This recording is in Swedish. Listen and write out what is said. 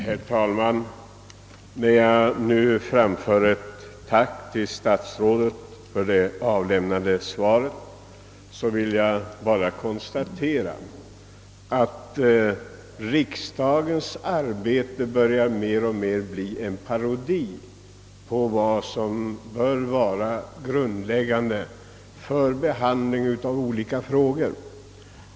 Herr talman! När jag nu framför ett tack till statsrådet för det lämnade svaret vill jag konstatera att riksdagens arbete mer och mer börjar bli en parodi på vad som borde vara grundläggande för behandlingen av olika frågor.